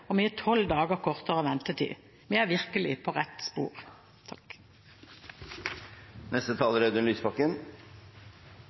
og vi har tolv dager kortere ventetid. Vi er virkelig på rett spor.